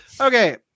Okay